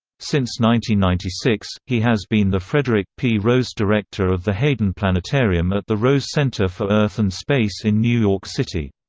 ninety ninety six, he has been the frederick p. rose director of the hayden planetarium at the rose center for earth and space in new york city.